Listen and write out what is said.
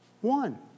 One